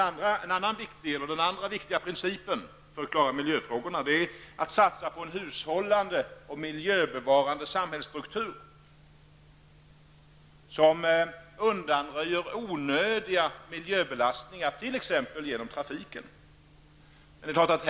Den andra viktiga principen för att klara miljöfrågorna är att satsa på en hushållande och miljöbevarande samhällsstruktur, som undanröjer onödiga miljöbelastningar, t.ex. sådana som uppkommer genom trafiken.